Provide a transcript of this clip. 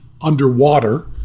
underwater